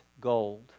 gold